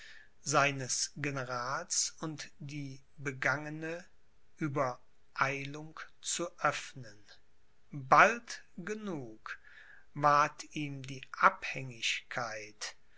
seinem generals und die begangene uebereilung zu öffnen bald genug ward ihm die